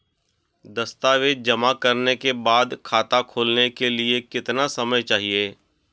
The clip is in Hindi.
दस्तावेज़ जमा करने के बाद खाता खोलने के लिए कितना समय चाहिए?